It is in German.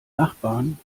nachbarn